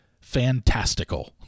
fantastical